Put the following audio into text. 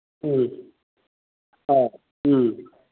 ꯎꯝ ꯑꯥ ꯎꯝ